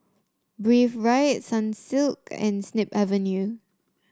Breathe Right Sunsilk and Snip Avenue